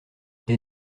des